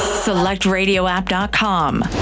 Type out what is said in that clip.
SelectRadioApp.com